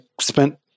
spent